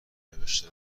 نوشته